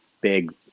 big